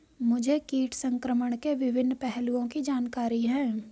मुझे कीट संक्रमण के विभिन्न पहलुओं की जानकारी है